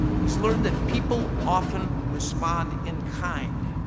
he's learned that people often respond in kind,